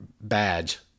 badge